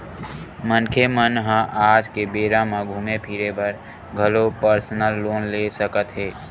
मनखे मन ह आज के बेरा म घूमे फिरे बर घलो परसनल लोन ले सकत हे